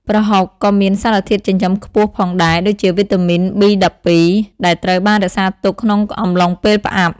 ប្រហុក ក៏មានសារធាតុចិញ្ចឹមខ្ពស់ផងដែរ ដូចជាវីតាមីន B12 ដែលត្រូវបានរក្សាទុកក្នុងអំឡុងពេលផ្អាប់។